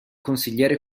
consigliere